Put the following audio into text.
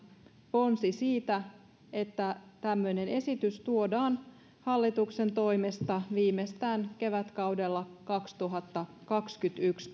ponsi siitä että tämmöinen esitys tuodaan hallituksen toimesta tänne eduskuntaan viimeistään kevätkaudella kaksituhattakaksikymmentäyksi